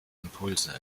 impulse